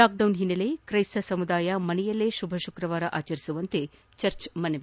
lockdown ಹಿನ್ನೆಲೆ ಕ್ರೈಸ್ತ ಸಮುದಾಯ ಮನೆಯಲ್ಲೇ ಶುಭ ಶುಕ್ರವಾರ ಆಚರಿಸುವಂತೆ ಚರ್ಚ್ ಮನವಿ